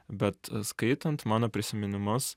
bet skaitant mano prisiminimus